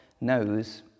knows